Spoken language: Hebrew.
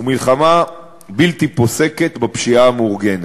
ומלחמה בלתי פוסקת בפשיעה המאורגנת.